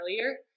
earlier